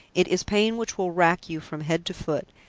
it is pain which will rack you from head to foot,